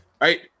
right